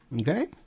okay